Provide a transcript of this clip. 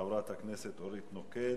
חברת הכנסת אורית נוקד,